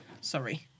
Sorry